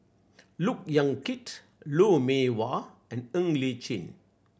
Look Yan Kit Lou Mee Wah and Ng Li Chin